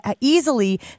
easily